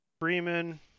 Freeman